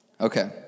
Okay